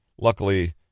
Luckily